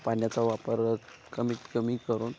पाण्याचा वापर कमीत कमी करून